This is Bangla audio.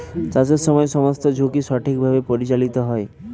চাষের সময় সমস্ত ঝুঁকি সঠিকভাবে পরিচালিত হয়